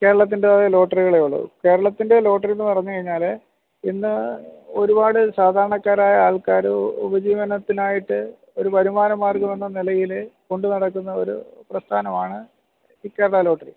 കേരളത്തിൻ്റെതായ ലോട്ടറികളെ ഉള്ളു കേരളത്തിൻ്റെ ലോട്ടറിയെന്ന് പറഞ്ഞു കഴിഞ്ഞാൽ ഇന്ന് ഒരുപാട് സാധാരണക്കാരായ ആൾക്കാർ ഉപജീവനത്തിനായിട്ട് ഒരു വരുമാന മാർഗ്ഗമെന്ന നിലയിൽ കൊണ്ടുനടക്കുന്ന ഒരു പ്രസ്ഥാനമാണ് ഈ കേരളാ ലോട്ടറി